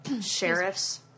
sheriffs